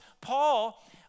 Paul